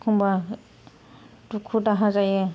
एखमब्ला दुखु दाहा जायो